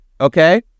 okay